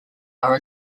are